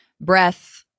breath